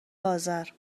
آذر